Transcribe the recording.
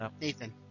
Nathan